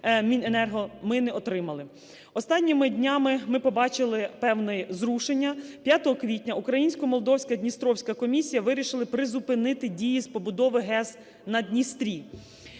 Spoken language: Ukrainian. Міненерго ми не отримали. Останніми днями ми побачили певні зрушення. 5 квітня українсько-молдовсько-дністровська комісія вирішили призупинити дії з побудови ГЕС на Дністрі.